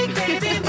baby